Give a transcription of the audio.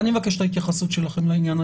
אני מבקש את ההתייחסות שלכם לעניין,